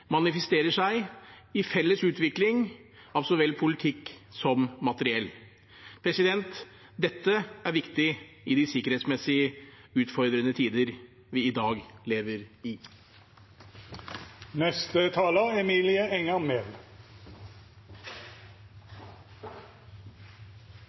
manifesterer seg i felles utvikling av så vel politikk som materiell. Dette er viktig i de sikkerhetsmessig utfordrende tider vi i dag lever